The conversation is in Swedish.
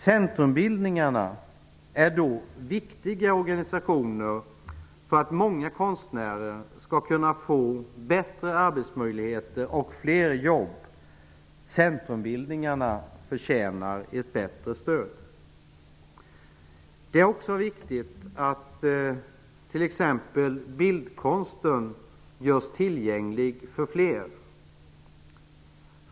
Centrumbildningarna är då viktiga organisationer för att många konstnärer skall kunna få bättre arbetsmöjligheter och fler jobb. Centrumbildningarna förtjänar ett bättre stöd. Det är också viktigt att t.ex. bildkonsten görs tillgänglig för fler.